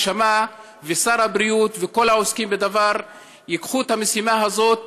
ששר הבריאות וכל העוסקים בדבר ייקחו את המשימה הזאת: